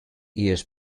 ears